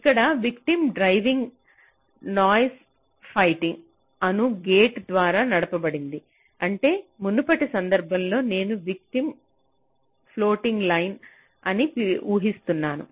ఇక్కడ విటిమ్ డ్రైవింగ్ నాస్ ఫైటింగ్ అను గేట్ ద్వారా నడపబడింది అంటే మునుపటి సందర్భంలో నేను విటిమ్ ఫ్లోటింగ్ లైన్ అని ఊహిస్తున్నాను